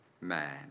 man